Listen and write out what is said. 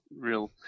real